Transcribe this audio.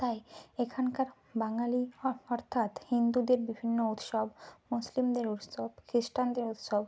তাই এখানকার বাঙালি অর্থাৎ হিন্দুদের বিভিন্ন উৎসব মুসলিমদের উৎসব খ্রিস্টানদের উৎসব